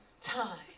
time